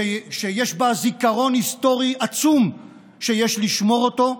שיש בה זיכרון היסטורי עצום שיש לשמור אותו,